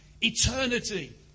Eternity